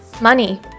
money